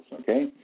okay